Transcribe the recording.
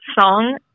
song